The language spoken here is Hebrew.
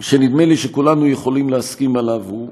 שנדמה לי שכולנו יכולים להסכים עליו הוא